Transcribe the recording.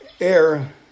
air